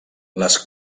les